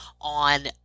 on